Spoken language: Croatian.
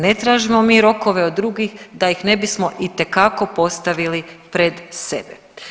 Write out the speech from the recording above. Ne tražimo mi rokove od drugih da ih ne bismo itekako postavili pred sebe.